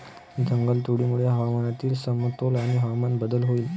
जंगलतोडीमुळे हवामानातील असमतोल आणि हवामान बदल होईल